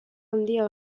handia